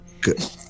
Good